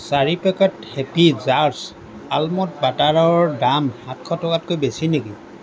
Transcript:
চাৰি packet happy jars almond বাটাৰৰ দাম সাতশ টকাতকৈ বেছি নেকি